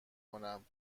کنم